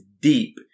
deep